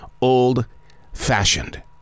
old-fashioned